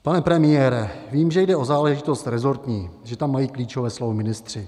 Pane premiére, vím, že jde o záležitost resortní, že tam mají klíčové slovo ministři.